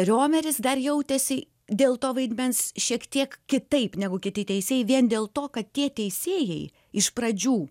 riomeris dar jautėsi dėl to vaidmens šiek tiek kitaip negu kiti teisėjai vien dėl to kad tie teisėjai iš pradžių